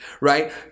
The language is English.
right